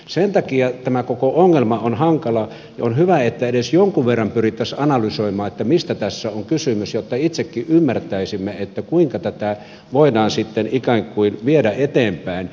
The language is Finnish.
sen takia tämä koko ongelma on hankala ja on hyvä että edes jonkun verran pyrittäisiin analysoimaan mistä tässä on kysymys jotta itsekin ymmärtäisimme kuinka tätä voidaan sitten ikään kuin viedä eteenpäin